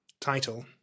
Title